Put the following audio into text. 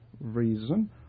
reason